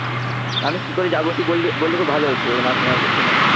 আমি কি করে যাবো একটু বললে বললে খুব ভালো হতো মানে আপনার ওখানে